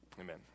Amen